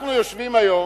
אנחנו יושבים היום,